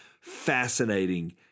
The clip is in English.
fascinating